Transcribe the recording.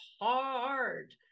hard